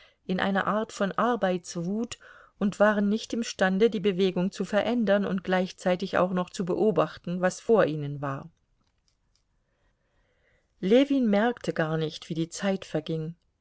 in einer art von arbeitswut und waren nicht imstande die bewegung zu verändern und gleichzeitig auch noch zu beobachten was vor ihnen war ljewin merkte gar nicht wie die zeit verging